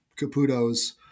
Caputo's